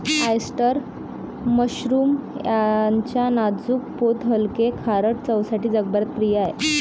oyster mushroom त्याच्या नाजूक पोत हलके, खारट चवसाठी जगभरात प्रिय आहे